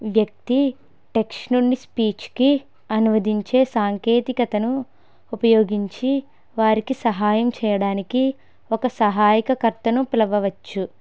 వ్యక్తి టెక్స్ట్ నుండి స్పీచ్కి అనువదించే సాంకేతికతను ఉపయోగించి వారికి సహాయం చేయడానికి ఒక సహాయక కర్తను పిలవవచ్చు